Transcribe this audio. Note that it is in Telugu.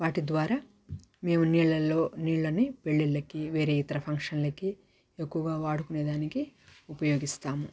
వాటి ద్వారా మేము నీళ్ళలో నీళ్ళని పెళ్ళిళ్ళకి వేరే ఇతర ఫంక్షన్లకి ఎక్కువగా వాడుకునే దానికి ఉపయోగిస్తాము